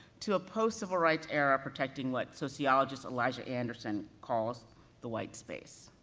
to a post-civil rights era protecting what sociologist, elijah anderson calls the white space.